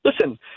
Listen